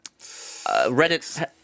Reddit